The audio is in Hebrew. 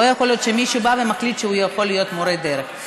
לא יכול להיות שמישהו בא ומחליט שהוא יכול להיות מורה דרך.